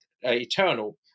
eternal